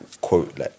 quote